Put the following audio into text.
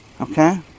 Okay